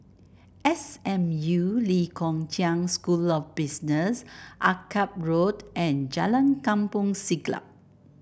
S M U Lee Kong Chian School of Business Akyab Road and Jalan Kampong Siglap